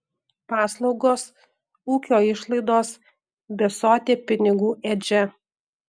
paslaugos ūkio išlaidos besotė pinigų ėdžia